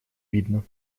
видно